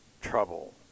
trouble